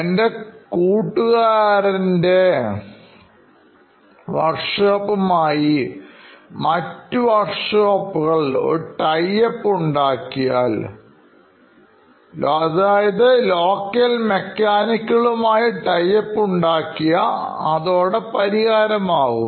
എൻറെ കൂട്ടുകാരൻ മറ്റുള്ള വർക്ക് ഷോപ്പുകളുമായി ഒരു tieup ഉണ്ടാക്കിയാൽ ലോക്കൽ മെക്കാനിക്സും ആയിട്ട് tieup ഉണ്ടാക്കിയാൽ അതോടെ പരിഹാരമാകും